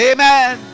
Amen